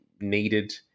needed